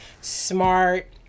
Smart